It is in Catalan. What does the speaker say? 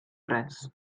res